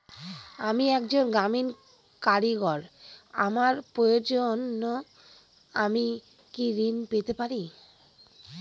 আমি একজন গ্রামীণ কারিগর আমার প্রয়োজনৃ আমি কি ঋণ পেতে পারি?